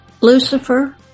Lucifer